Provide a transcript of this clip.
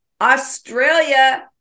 australia